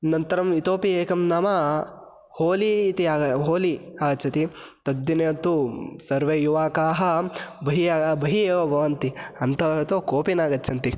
अनन्तरम् इतोपि एकं नाम होली इति आग होलि आगच्छति तद्दिने तु सर्वे युवकाः बहिः बहिः एव भवन्ति अन्तः तु कोऽपि न आगच्छन्ति